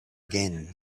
again